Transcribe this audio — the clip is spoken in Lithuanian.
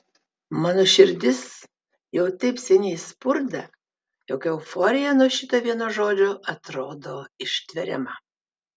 mano širdis jau taip seniai spurda jog euforija nuo šito vieno žodžio atrodo ištveriama